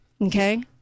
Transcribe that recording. Okay